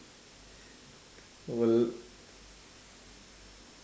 wal~